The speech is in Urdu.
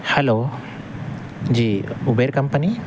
hello ji Uber company